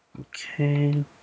Okay